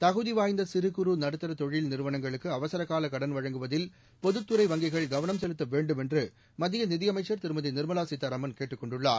தகுதிவாய்ந்த சிறு குறு நடுத்தர தொழில் நிறுவனங்களுக்கு அவசரக்கால கடன் வழங்குவதில் பொதுத்துறை வங்கிகள் கவனம் செலுத்த வேண்டும் என்று மத்திய நிதியமைச்சள் திருமதி நிாமலா சீதாராமன் கேட்டுக் கொண்டுள்ளார்